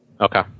Okay